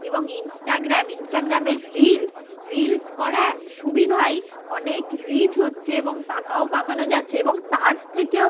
এবং ইন্সটাগ্রাম ইন্সট্রাগ্রামের reels reels করা সুবিধাই অনেক রিচ হচ্ছে এবং টাকাও কামানো যাচ্ছে এবং তার থেকেও